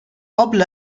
قبل